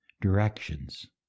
directions